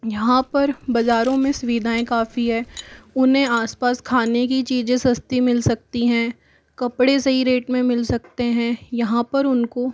यहाँ पर बाजारों में सुविधाएँ काफ़ी हैं उन्हें आसपास खाने की चीजें सस्ती मिल सकती हैं कपड़े सही रेट में मिल सकते हैं यहाँ पर उनको